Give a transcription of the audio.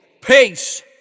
Peace